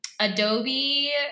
Adobe